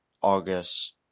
August